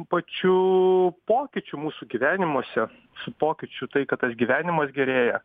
pačiu pokyčiu mūsų gyvenimuose su pokyčiu tai kad tas gyvenimas gerėja